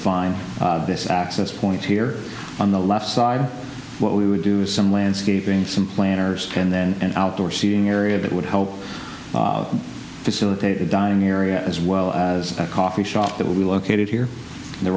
find this access point here on the left side what we would do is some landscaping some planners and then an outdoor seating area that would help facilitate a dining area as well as a coffee shop that will be located here and